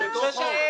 על אותו חוב.